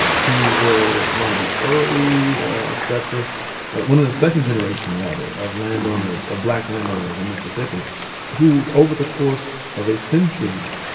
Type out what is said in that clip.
who were one of the early sets of but one of the second generation, rather, of landowners of black landowners in mississippi who, over the course of a century,